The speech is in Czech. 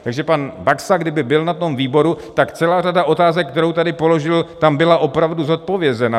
Takže pan Baxa, kdyby byl na tom výboru, tak celá řada otázek, které tady položil, tam byla opravdu zodpovězena.